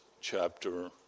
chapter